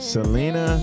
Selena